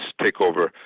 takeover